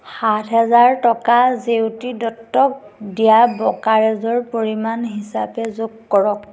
সাত হেজাৰ টকা জেউতি দত্তক দিয়া ব্ৰ'কাৰেজৰ পৰিমাণ হিচাপে যোগ কৰক